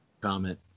comment